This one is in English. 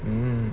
um